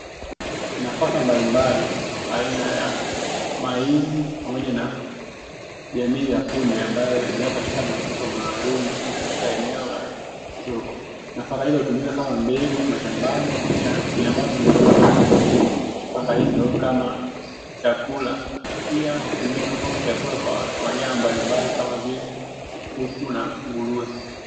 Nafaka mbalimbali aina ya mahindi pamoja na jamii ya kunde ambayo imewekwa katika mifuko maalum katika eneo la soko, nafaka hizo hutumika kama mbegu mashambani pia binadamu hutumia nafaka hizo kama chakula na pia hutumika kama chakula kwa wanyama mbalimbali kama vile kuku na nguruwe.